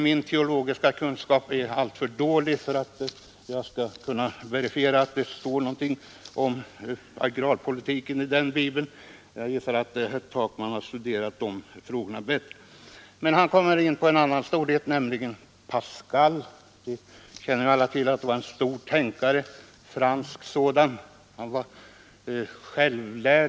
Min teologiska kunskap är alltför dålig för att jag skall kunna verifiera detta, men jag gissar att herr Takman har studerat den saken bättre. Den andra storhet som herr Takman nämner, Pascal, var som alla känner till en stor tänkare.